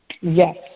Yes